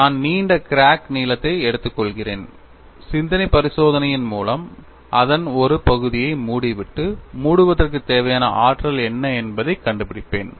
நான் நீண்ட கிராக் நீளத்தை எடுத்துக்கொள்கிறேன் சிந்தனை பரிசோதனையின் மூலம் அதன் ஒரு பகுதியை மூடிவிட்டு மூடுவதற்குத் தேவையான ஆற்றல் என்ன என்பதைக் கண்டுபிடிப்பேன்